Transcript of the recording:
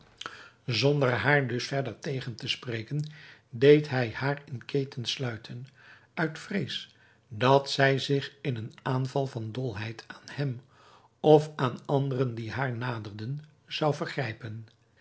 zonder haar dus verder tegen te spreken deed hij haar in ketens sluiten uit vrees dat zij zich in een aanval van dolheid aan hem of aan anderen die haar naderden zou vergrijpen